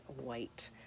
white